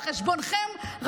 על חשבונכם,